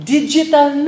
Digital